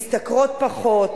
משתכרות פחות,